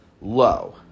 low